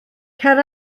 cer